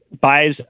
buys